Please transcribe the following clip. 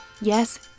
Yes